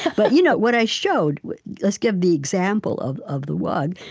but you know what i showed let's give the example of of the wug.